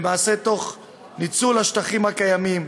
למעשה תוך ניצול השטחים הקיימים,